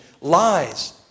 lies